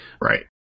right